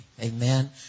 amen